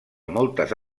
moltes